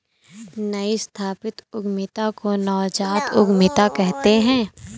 नई स्थापित उद्यमिता को नवजात उद्दमिता कहते हैं